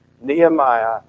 Nehemiah